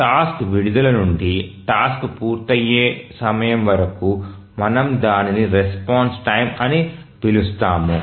task విడుదల నుండి task పూర్తయ్యే సమయం వరకు మనము దానిని రెస్పాన్స్ టైమ్ అని పిలుస్తాము